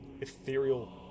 ethereal